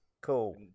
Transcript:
Cool